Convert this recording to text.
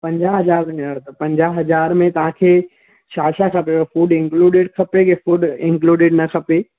पंजाहु हज़ार पंजाहु हज़ार में तव्हां खे छा छा खपेव फूड इंक्लुडेट खपे के फूड इंक्लुडेट न खपे